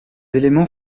éléments